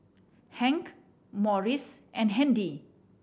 Hank Maurice and Handy